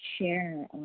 share